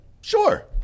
Sure